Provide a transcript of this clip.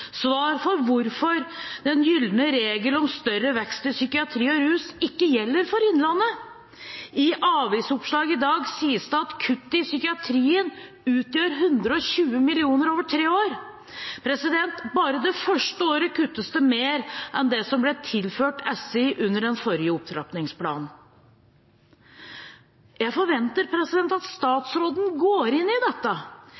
svar på hvorfor den gylne regel om større vekst innenfor psykiatri og rus ikke gjelder for innlandet. I avisoppslag i dag sies det at kutt i psykiatrien utgjør 120 mill. kr over tre år. Bare det første året kuttes det mer enn det som ble tilført Sykehuset Innlandet, SI, under den forrige opptrappingsplanen. Jeg forventer at